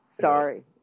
Sorry